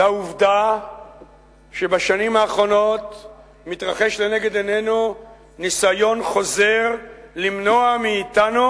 לעובדה שבשנים האחרונות מתרחש לנגד עינינו ניסיון חוזר למנוע מאתנו